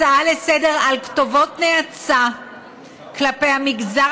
הצעה לסדר-יום על כתובות נאצה כלפי המגזר